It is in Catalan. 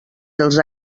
dels